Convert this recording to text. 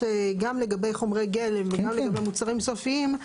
גם לגבי חומרי גלם וגם לגבי מוצרים סופיים.